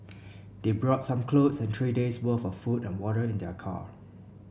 they brought some clothes and three days' worth of food and water in their car